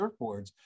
surfboards